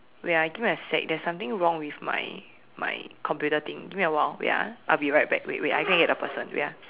wait ah give me a sec there's something wrong with my my computer thing give me a while wait ah I'll be right back wait wait I go and get the person wait ah